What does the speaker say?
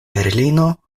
berlino